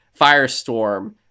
Firestorm